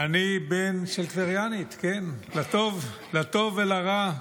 בן של טבריינית, כן, לטוב ולרע.